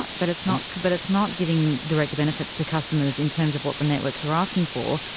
but it's not but it's not giving direct benefits to customers in terms of what the networks are asking for.